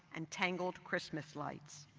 and tangled christmas lights.